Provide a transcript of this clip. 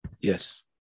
yes